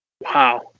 Wow